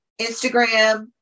Instagram